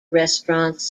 restaurants